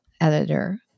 editor